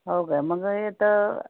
हो का मग हे तर